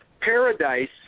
paradise